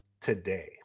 today